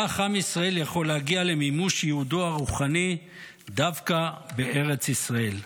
כך עם ישראל יכול להגיע למימוש ייעודי הרוחני דווקא בארץ ישראל.